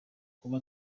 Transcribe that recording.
kuba